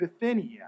Bithynia